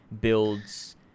builds